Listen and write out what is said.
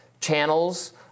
channels